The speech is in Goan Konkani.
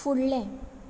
फुडलें